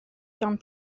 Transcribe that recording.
john